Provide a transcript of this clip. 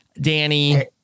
Danny